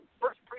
first